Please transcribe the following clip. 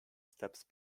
steps